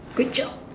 good job